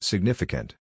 Significant